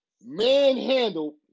manhandled